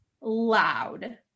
loud